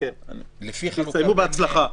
הסתיימו בהצלחה.